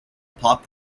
pop